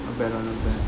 not bad lah not bad